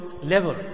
level